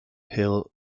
hill